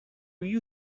you